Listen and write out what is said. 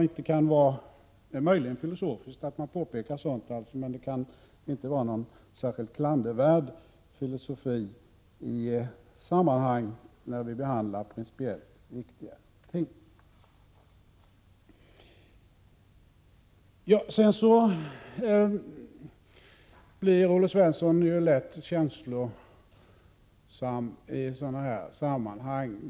Det är möjligen filosofiskt att påpeka sådant, men det kan inte vara någon särskilt klandervärd filosofi i sammanhang när vi behandlar principiellt viktiga ting. Olle Svensson blir ju lätt känslosam i sådana här sammanhang.